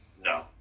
No